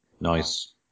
nice